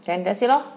then that's it lor